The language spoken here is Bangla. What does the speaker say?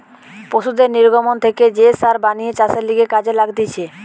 পশুদের নির্গমন থেকে যে সার বানিয়ে চাষের লিগে কাজে লাগতিছে